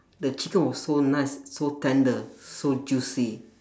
the chicken was so nice so tender so juicy